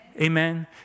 Amen